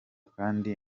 kandi